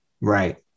Right